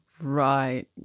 Right